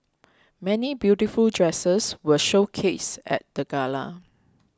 many beautiful dresses were showcased at the gala